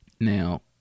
Now